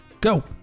go